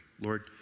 Lord